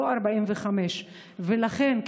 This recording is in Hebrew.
לא 45. לכן,